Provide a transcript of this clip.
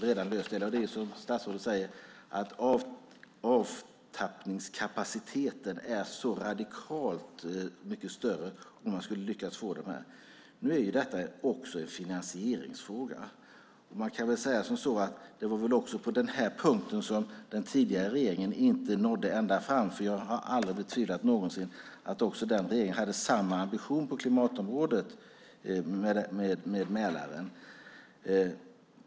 Det är som statsrådet säger: Avtappningskapaciteten är så radikalt mycket större om man skulle lyckas lösa detta. Nu är detta också en finansieringsfråga, och det var väl på den punkten som den tidigare regeringen inte nådde ända fram. Jag har nämligen aldrig någonsin betvivlat att också den regeringen hade samma ambition på klimatområdet med Mälaren.